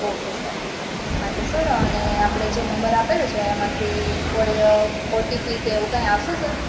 okay sir હાતે sir અને આપણે જે નંબર આપેલો છે એમાંથી કોઈ ઓટીપી કે એવું કાંઈ આવશે સર